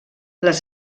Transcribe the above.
les